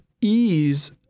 ease